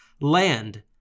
Land